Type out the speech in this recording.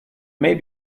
may